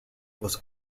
was